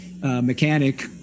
mechanic